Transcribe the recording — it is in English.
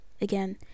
Again